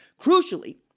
Crucially